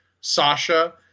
Sasha